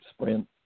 sprint